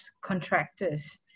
contractors